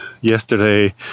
yesterday